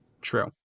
true